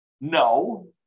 no